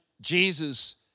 Jesus